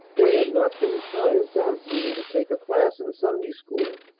there had not been time for her even to take a class in sunday school,